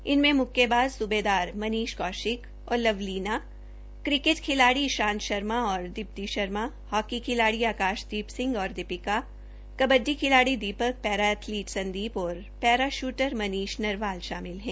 इनमें मुक्केबाज सुबेदार मनीष कौशिक और लवलीना बुरगोहेन किकेट खिलाड़ी इशांत शर्मा और दिप्ती शर्मा हॉकी खिलाड़ी ऑकाशदीप सिंह और दीपिका कबड्डी खिलाड़ी दीपक पैरा एथलीट संदीप और पैरा शूटर मनीष नरवाल शामिल हैं